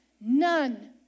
None